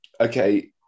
Okay